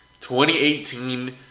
2018